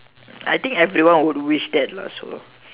I think everyone would wish that lah so